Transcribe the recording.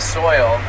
soil